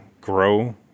grow